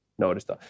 noticed